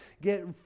get